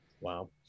wow